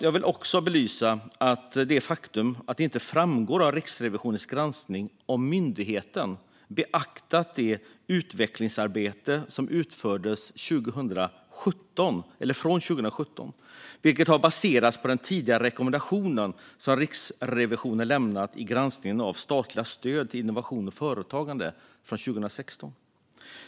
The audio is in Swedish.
Jag vill också belysa det faktum att det inte framgår av Riksrevisionens granskning om myndigheten har beaktat det utvecklingsarbete som utförts från 2017, vilket har baserats på den rekommendation som Riksrevisionen lämnat i granskningen av statliga stöd till innovation och företagande från 2016.